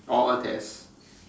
or a test